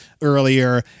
earlier